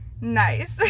nice